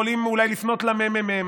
יכולים אולי לפנות לממ"מ,